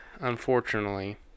unfortunately